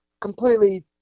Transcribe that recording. completely